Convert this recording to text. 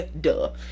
duh